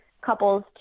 couples